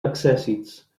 accèssits